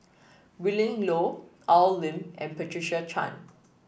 Willin Low Al Lim and Patricia Chan